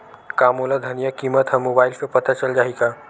का मोला धनिया किमत ह मुबाइल से पता चल जाही का?